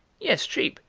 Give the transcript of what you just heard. yes, sheep.